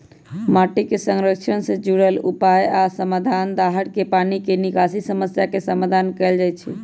माटी के संरक्षण से जुरल उपाय आ समाधान, दाहर के पानी के निकासी समस्या के समाधान कएल जाइछइ